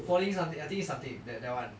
falling something I think it's something that that [one]